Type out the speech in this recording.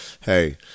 hey